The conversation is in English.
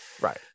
right